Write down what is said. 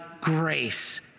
grace